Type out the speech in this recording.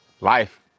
life